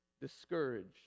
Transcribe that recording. discouraged